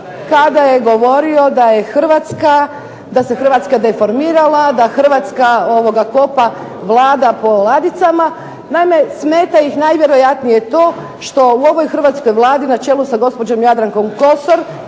kada je govorio da se Hrvatska deformirala, da hrvatska Vlada kopa po ladicama. Naime, smeta ih najvjerojatnije to što u ovoj hrvatskoj Vladi na čelu sa gospođom Jadrankom Kosor